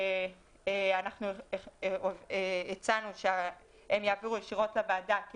אנחנו הצענו שהם יעבירו ישירות לוועדה כי